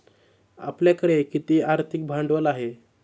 आपल्याकडे किती आर्थिक भांडवल आहे?